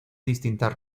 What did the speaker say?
distintas